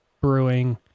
Brewing